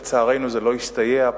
לצערנו, זה לא הסתייע.